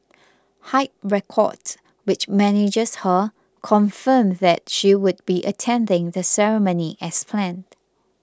Hype Records which manages her confirmed that she would be attending the ceremony as planned